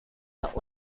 but